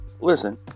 Listen